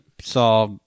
saw